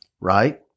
right